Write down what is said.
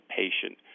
patient